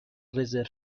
رزرو